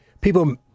people